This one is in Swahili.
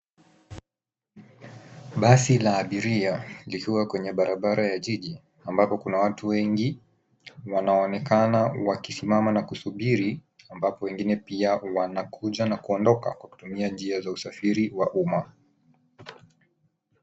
Basi la abiria likiwa kwenye barabara ya jiji ambapo kuna watu wengi wanaoonekana wakisimama na kusubiri, ambapo wengine pia wanakuja na kuondoka kwa kutumia njia za usafiri wa umma.